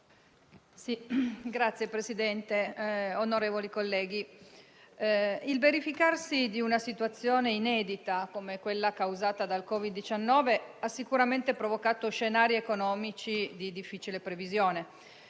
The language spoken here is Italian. Signor Presidente, onorevoli colleghi, il verificarsi di una situazione inedita come quella causata dal Covid-19 ha sicuramente provocato scenari economici di difficile previsione.